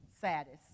saddest